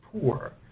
poor